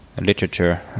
literature